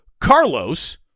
Carlos